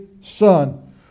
Son